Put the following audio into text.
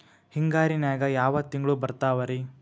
ಹಿಂಗಾರಿನ್ಯಾಗ ಯಾವ ತಿಂಗ್ಳು ಬರ್ತಾವ ರಿ?